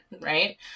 right